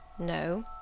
No